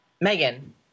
Megan